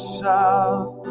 south